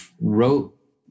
wrote